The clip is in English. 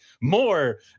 more